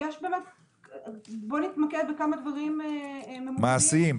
בואו נתמקד בכמה דברים ממוקדים --- מעשיים,